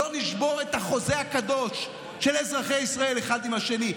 לא נשבור את החוזה הקדוש של אזרחי ישראל אחד עם השני.